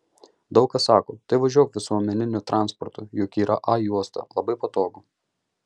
daug kas sako tai važiuok visuomeniniu transportu juk yra a juosta labai patogu